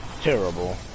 terrible